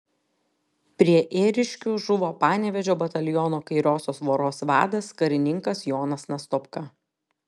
prie ėriškių žuvo panevėžio bataliono kairiosios voros vadas karininkas jonas nastopka